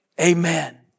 Amen